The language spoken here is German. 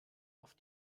auf